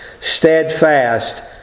steadfast